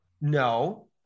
no